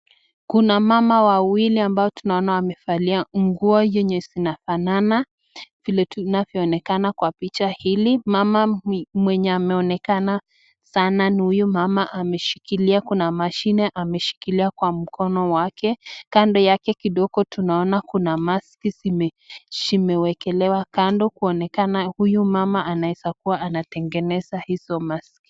Kuna mama wawili ambao tunaona amevalia nguo yenye zinafanana vile inavyoonekana kwa picha hili. Mama mwenye ameonekana sana ni huyu mama ameshikilia kuna mashine ameshikilia kwa mkono wake. Kando yake kidogo tunaona kuna maski zimewekelewa kando kuonekana huyu mama anaweza kuwa anatengeza hizo maski.